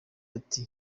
ati